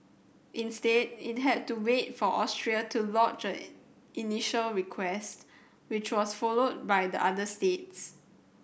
instead it had to wait for Austria to lodge an initial request which was followed by the other states